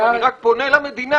אני מנכ"ל לשכת מארגני תיירות.